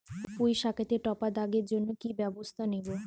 পুই শাকেতে টপা দাগের জন্য কি ব্যবস্থা নেব?